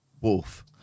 wolf